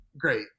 great